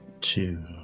two